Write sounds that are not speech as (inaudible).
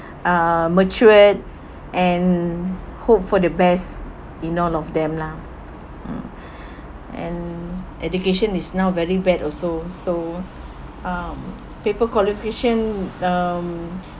uh matured and hope for the best in all of them lah mm (breath) and education is now very bad also so um paper qualification um